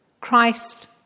Christ